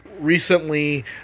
recently